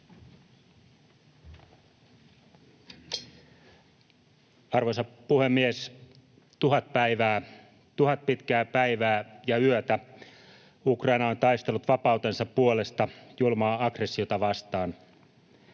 Arvoisa puhemies! Tuhat päivää, tuhat pitkää päivää ja yötä Ukraina on taistellut vapautensa puolesta julmaa aggressiota vastaan.